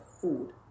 food